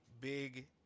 big